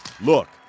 Look